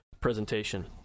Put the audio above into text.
presentation